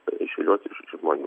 išvilioti iš žmonių